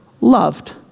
loved